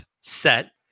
set